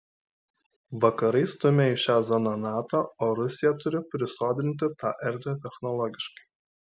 vakarai stumia į šią zoną nato o rusija turi prisodrinti tą erdvę technologiškai